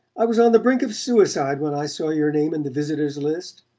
i was on the brink of suicide when i saw your name in the visitors' list,